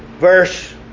Verse